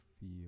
Feel